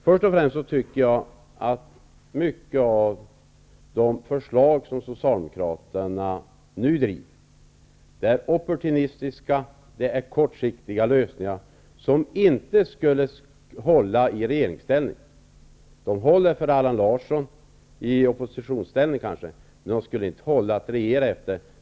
Först och främst anser jag att många av de förslag som socialdemokraterna nu driver är opportunistiska och innebär kortsiktiga lösningar, som inte skulle hålla om ni befann er i regeringsställning. De håller kanske för Allan Larsson i oppositionsställning, men inte för att regera efter.